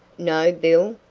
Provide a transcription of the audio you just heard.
know bill?